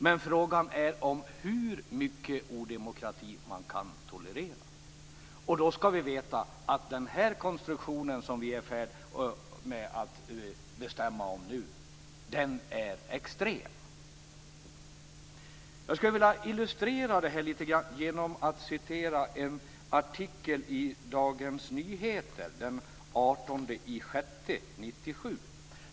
Men frågan är hur mycket odemokrati man kan tolerera. Då skall vi veta att den konstruktion som vi är i färd med att bestämma om nu är extrem. Jag skulle vilja illustrera det här genom att citera en artikel i Dagens Nyheter den 18 juni 1997.